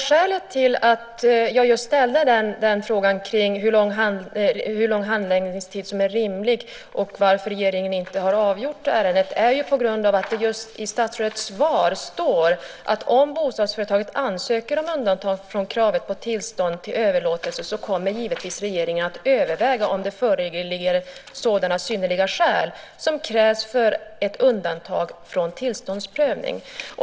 Skälet till att jag ställde frågan om hur lång handläggningstid som är rimlig och undrade varför regeringen inte har avgjort ärendet är att det i statsrådets svar står: Om bostadsföretaget ansöker om undantag från kravet på tillstånd till överlåtelse kommer givetvis regeringen att överväga om det föreligger sådana synnerliga skäl som krävs för ett undantag från tillståndsprövning.